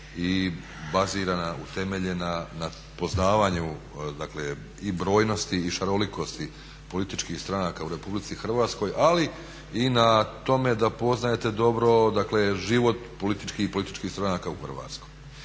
i bazirana, utemeljena na poznavanju, dakle i brojnosti i šarolikosti političkih stranaka u RH, ali i na tome da poznajete dobro, dakle život politički i političkih stranaka u Hrvatskoj.